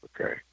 okay